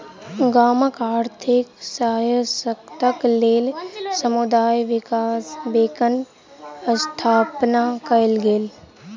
गामक आर्थिक सहायताक लेल समुदाय विकास बैंकक स्थापना कयल गेल